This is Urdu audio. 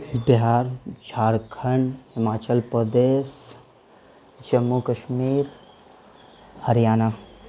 بہار جھارکھنڈ ہماچل پردیش جموں کشمیر ہریانہ